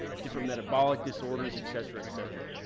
ah different metabolic disorders, et cetera, et cetera. ah,